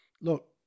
look